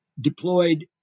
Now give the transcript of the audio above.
deployed